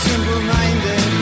Simple-minded